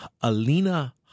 Alina